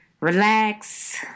relax